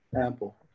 Ample